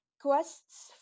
quests